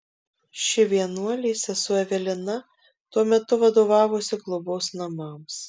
ši vienuolė sesuo evelina tuo metu vadovavusi globos namams